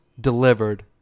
delivered